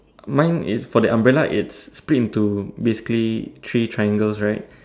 mine is for the umbrella its split into basically three triangles right